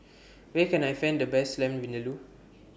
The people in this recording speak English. Where Can I Find The Best Lamb Vindaloo